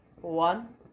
One